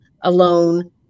alone